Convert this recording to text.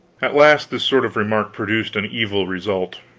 at last this sort of remark produced an evil result.